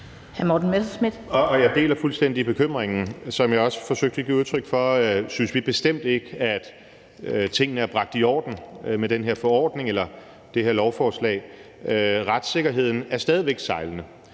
Jeg deler fuldstændig bekymringen. Som jeg også forsøgte at give udtryk for, synes vi bestemt heller ikke, at tingene er blevet bragt i orden med den her forordning eller det her lovforslag. Retssikkerheden er stadig væk sejlende,